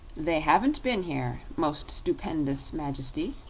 they haven't been here, most stupendous majesty,